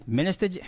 minister